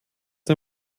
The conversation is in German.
der